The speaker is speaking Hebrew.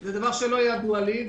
זה דבר שלא ידוע לי.